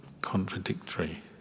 contradictory